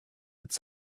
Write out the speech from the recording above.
its